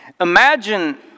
Imagine